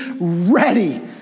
ready